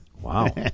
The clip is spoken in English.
Wow